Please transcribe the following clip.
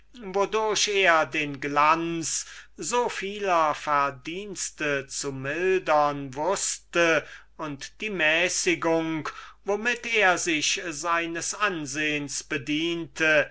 wodurch er den glanz so vieler verdienste zu mildern wußte und die mäßigung womit er sich seines ansehens bediente